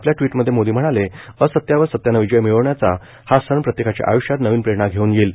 आपल्या ट्विटमध्ये मोदी म्हणाले असत्यावर सत्यानं विजय मिळवण्याचा हा सण प्रत्येकाच्या आयुष्यात नवीन प्रेरणा घेऊन येईल